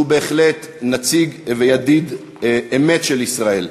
שהוא בהחלט ידיד אמת של ישראל.